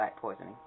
poisoning